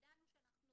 כשידענו שאנחנו